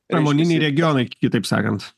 pramoniniai regionai kitaip sakant